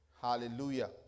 Hallelujah